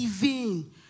giving